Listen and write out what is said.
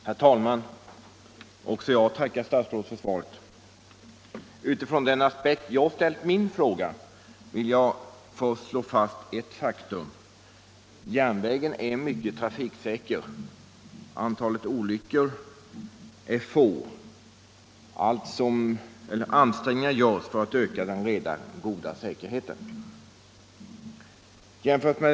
Herr talman! Också jag tackar statsrådet för svaret. Ur den aspekt som jag har ställt min fråga vill jag först slå fast att järnvägen är mycket trafiksäker. Antalet olyckor är litet, och ansträngningar görs för att öka den redan goda säkerheten.